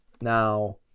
Now